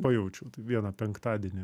pajaučiau tai vieną penktadienį